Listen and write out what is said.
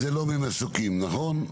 וזה לא ממסוקים, נכון?